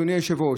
אדוני היושב-ראש,